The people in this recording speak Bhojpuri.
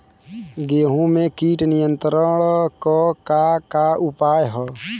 गेहूँ में कीट नियंत्रण क का का उपाय ह?